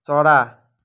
चरा